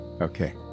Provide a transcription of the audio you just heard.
okay